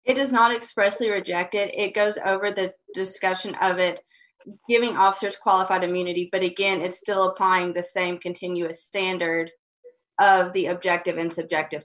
it is not expressly or jacket it goes over the discussion of it giving officers qualified immunity but again it's still kind the same continuous standard the objective and subjective